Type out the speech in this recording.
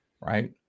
right